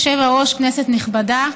גברתי היושבת-ראש, כנסת נכבדה,